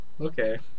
okay